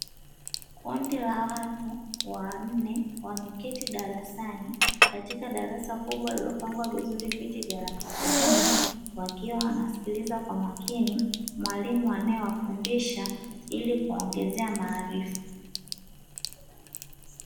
Kundi la watu wanne wameketi darasani katika darasa kubwa lililopangwa vizuri viti vya rangi nyekundu, wakiwa wanasikiliza kwa makini mwalimu anayewafundisha ili kuongezea maarifa.